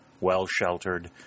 well-sheltered